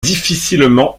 difficilement